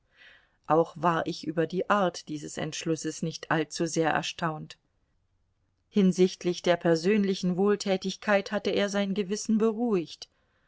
auch war ich über die art dieses entschlusses nicht allzusehr erstaunt hinsichtlich der persönlichen wohltätigkeit hatte er sein gewissen beruhigt